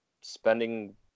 spending